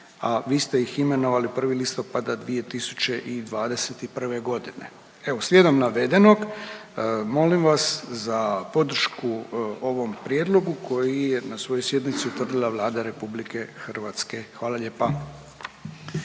a vi ste ih imenovali 1. listopada 2021. godine. Evo slijedom navedenog molim vas za podršku ovom prijedlogu koji je na svojoj sjednici utvrdila Vlada Republike Hrvatske. Hvala lijepa.